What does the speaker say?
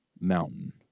mountain